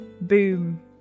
Boom